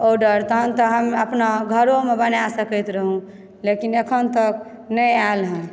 order तहन तऽ हम अपना घरोमे बना सकैत रहौ लेकिन एखन तक नहि आयल हँ